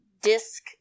Disc